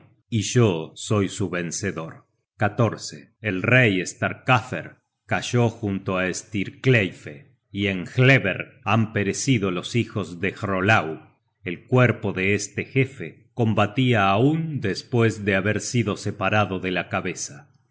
from google book search generated at el rey starkather cayó junto á styrkleife y en hleberg han perecido los hijos de hrollaug el cuerpo de este jefe combatia aun despues de haber sido separado de la cabeza que